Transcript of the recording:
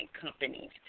companies